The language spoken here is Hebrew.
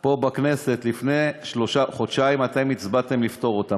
פה בכנסת, לפני חודשיים אתם הצבעתם לפטור אותם.